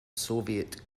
soviet